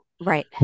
Right